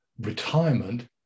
retirement